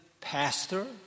pastor